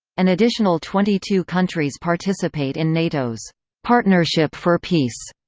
an additional twenty two countries participate in nato's partnership for peace,